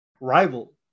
rival